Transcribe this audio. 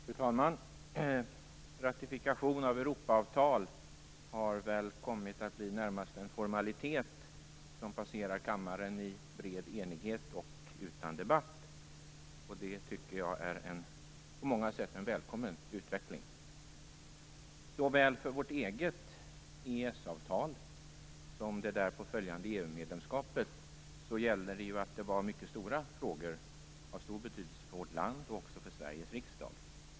Fru talman! Ratifikation av Europaavtal har väl kommit att bli närmast en formalitet som passerar kammaren i bred enighet och utan debatt. Det tycker jag på många sätt är en välkommen utveckling. Såväl för vårt eget EES-avtal som för det därpå följande EU-medlemskapet, gällde ju att det var mycket stora frågor, frågor av stor betydelse för vårt land och för Sveriges riksdag.